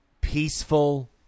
peaceful